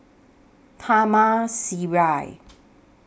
Taman Sireh